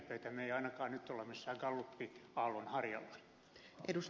me emme ainakaan nyt ole missään gallup aallon harjalla